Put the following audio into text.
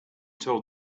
told